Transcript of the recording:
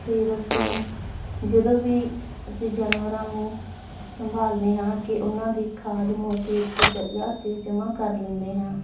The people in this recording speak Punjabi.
ਫਿਰ ਅਸੀਂ ਜਦੋਂ ਵੀ ਅਸੀਂ ਜਾਨਵਰਾਂ ਨੂੰ ਸੰਭਾਲਦੇ ਹਾਂ ਕਿ ਉਹਨਾਂ ਦੀ ਖਾਦ ਨੂੰ ਅਸੀਂ ਇੱਕ ਜਗ੍ਹਾ 'ਤੇ ਜਮ੍ਹਾਂ ਕਰ ਲੈਂਦੇ ਹਾਂ